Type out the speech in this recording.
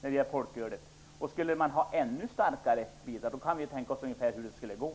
Skulle man få tillgång till ännu starkare varor, kan vi ju tänka oss ungefär hur det skulle gå.